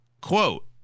quote